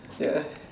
ya